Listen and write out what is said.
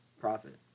profit